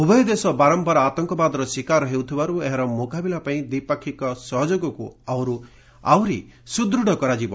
ଉଭୟ ଦେଶ ବାରମ୍ଭାର ଆତଙ୍କବାଦର ଶିକାର ହେଉଥିବାରୁ ଏହାର ମୁକାବିଲା ପାଇଁ ଦ୍ୱିପାକ୍ଷିକ ସହଯୋଗ ଆହୁରି ସୁଦୃଢ କରାଯିବ